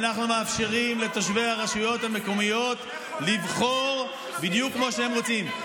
ואנחנו מאפשרים לתושבי הרשויות המקומיות לבחור בדיוק כמו שהם רוצים.